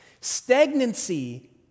Stagnancy